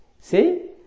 See